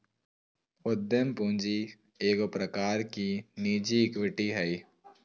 उद्यम पूंजी एगो प्रकार की निजी इक्विटी हइ